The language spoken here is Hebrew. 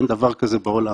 אין דבר כזה בעולם.